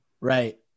Right